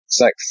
sex